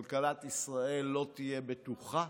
כלכלת ישראל לא תהיה בטוחה.